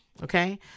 okay